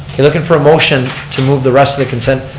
okay, looking for a motion to move the rest of the consent.